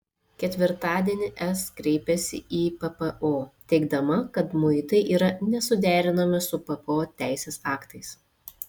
ketvirtadienį es kreipėsi į ppo teigdama kad muitai yra nesuderinami su ppo teisės aktais